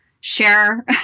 Share